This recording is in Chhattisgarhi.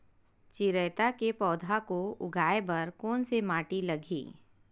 चिरैता के पौधा को उगाए बर कोन से माटी लगही?